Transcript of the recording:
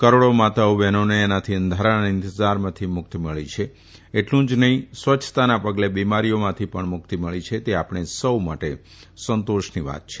કરોડો માતાઓ બહેનોને તેનાથી અંધારાના ઇંતજારમાંથી મુક્તિ મળી છે એટલું જ નહીં સ્વચ્છતાના પગલે બિમારીઓમાંથી પણ મુક્તિ મળી છે તે આપણા સૌ માટે સંતોષની વાત છે